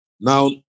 Now